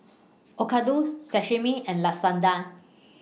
Okayu Sashimi and Lasagna